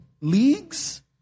league's